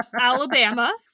Alabama